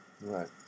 Right